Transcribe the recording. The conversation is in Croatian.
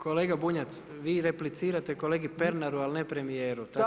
Kolega Bunjac, vi replicirate kolegi Pernaru, a ne premjeru.